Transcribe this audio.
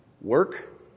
Work